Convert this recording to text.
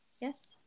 yes